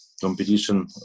competition